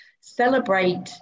celebrate